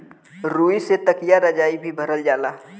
रुई से तकिया रजाई भी भरल जाला